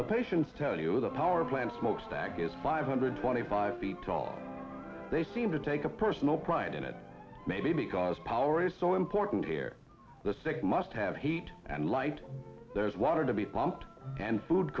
the patients tell you the power plant smokestack is five hundred twenty five feet tall they seem to take a personal pride in it maybe because power is so important here the sick must have heat and light there's water to be pumped and food